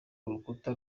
urukuta